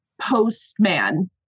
postman